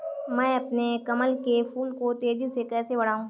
मैं अपने कमल के फूल को तेजी से कैसे बढाऊं?